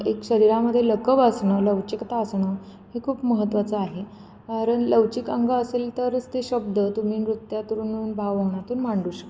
एक शरीरामध्ये लकब असणं लवचिकता असणं हे खूप महत्त्वाचं आहे कारण लवचिक अंग असेल तरच ते शब्द तुम्ही नृत्यातून भावनातून मांडू शकता